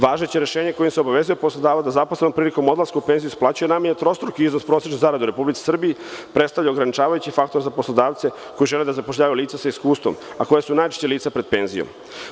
Važeće rešenje kojim se obavezuje poslodavac da zaposlenom prilikom odlaska u penziju isplaćuje najmanje trostruki iznos prosečne zarade u Republici Srbiji, prestavlja ograničavajući faktor za poslodavce koji žele da zapošljavaju lica sa iskustvom, a koja su najčešće lica pred penzijom.